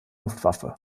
luftwaffe